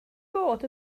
bod